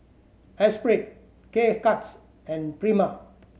Esprit K Cuts and Prima